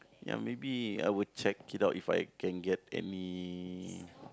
ya maybe I would check it out If I can get any